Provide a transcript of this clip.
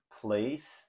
place